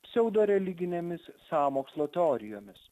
pseudo religinėmis sąmokslo teorijomis